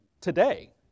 today